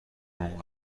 اون